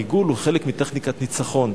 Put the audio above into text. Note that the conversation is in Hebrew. ריגול הוא חלק מטכניקת ניצחון,